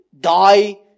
die